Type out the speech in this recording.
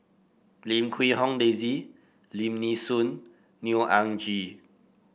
Lim Quee Hong Daisy Lim Nee Soon Neo Anngee